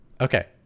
okay